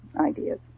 ideas